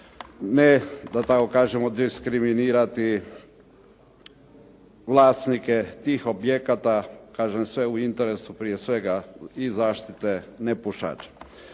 ne, da tako kažemo diskriminirati vlasnike tih objekata, kažem sve u interesu prije svega i zaštite nepušača.